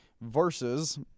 versus